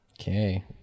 Okay